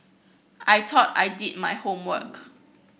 I thought I did my homework